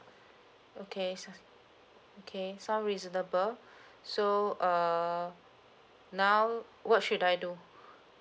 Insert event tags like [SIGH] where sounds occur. okay sou~ okay sound reasonable [BREATH] so err now what should I do [BREATH]